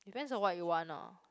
depends on what you want lah